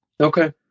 Okay